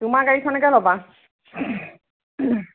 তোমাৰ গাড়ীখনকে ল'বা